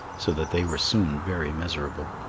so that they were soon very miserable.